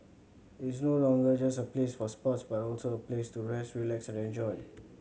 it is no longer just a place for sports but also a place to rest relax and enjoy